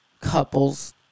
couples